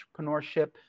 entrepreneurship